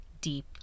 deep